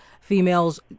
females